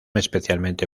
especialmente